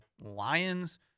Lions